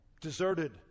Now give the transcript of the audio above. deserted